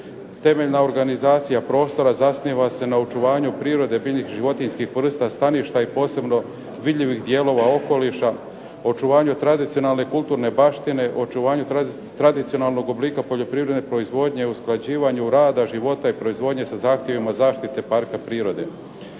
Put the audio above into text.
Temeljna organizacija prostora zasniva se na očuvanju prirode biljnih i životinjskih vrsta staništa i posebno vidljivih dijelova okoliša, očuvanju tradicionalne kulturne baštine, očuvanje tradicionalnog oblika poljoprivredne proizvodnje, usklađivanju rada, života i proizvodnje sa zahtjevima zaštite parka prirode,